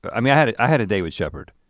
i mean i had i had a day with shepherd,